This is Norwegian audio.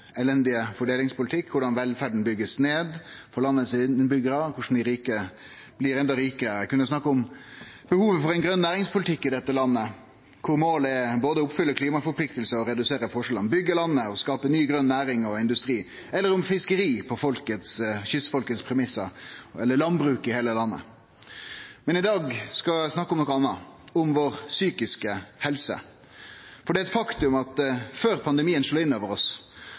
behovet for ein grøn næringspolitikk i dette landet – der målet er både å oppfylle klimaforpliktingar og redusere forskjellane, byggje landet og skape ny, grøn næring og industri – eller om fiskeri på premissane til kystfolket eller om landbruk i heile landet. Men i dag skal eg snakke om noko anna – om den psykiske helsa vår. For det er eit faktum at den psykiske helsa i Noreg blei dårlegare og dårlegare før pandemien slo inn over oss,